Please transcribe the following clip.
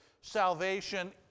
Salvation